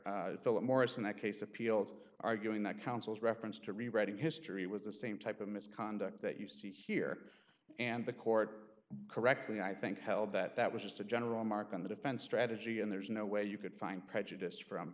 where philip morris in that case appealed arguing that councils reference to rewriting history was the same type of misconduct that you see here and the court correctly i think held that that was just a general mark on the defense strategy and there's no way you could find prejudiced from